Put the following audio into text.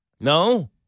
No